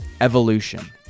evolution